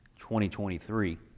2023